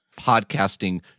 podcasting